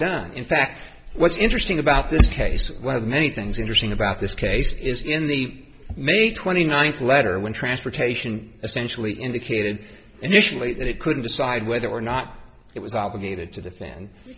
done in fact what's interesting about this case one of the many things interesting about this case is in the may twenty ninth letter when transportation essentially indicated initially that it couldn't decide whether or not it was obligated to